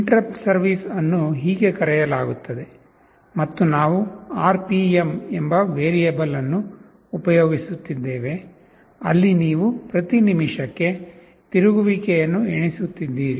interrupt service ಅನ್ನು ಹೀಗೆ ಕರೆಯಲಾಗುತ್ತದೆ ಮತ್ತು ನಾವು RPM ಎಂಬ ವೇರಿಯೇಬಲ್ ಅನ್ನು ಉಪಯೋಗಿಸಿದ್ದೇವೆ ಅಲ್ಲಿ ನೀವು ಪ್ರತಿ ನಿಮಿಷಕ್ಕೆ ತಿರುಗುವಿಕೆಯನ್ನು ಎಣಿಸುತ್ತಿದ್ದೀರಿ